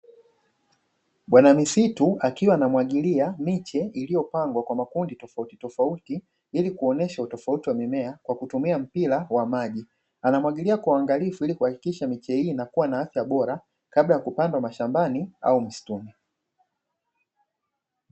Bwana misitu akiwa anamwagilia miche iliyopangwa kwa makundi tofauti tofauti, ili kuonyesha utofauti wa mimea kwa kutumia mpira wa maji. Anamwagilia kwa uangalifu ili kuhakikisha miche hii inakua na afya bora kabla ya kupandwa mashambani au msituni.